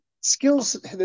skills